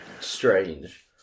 strange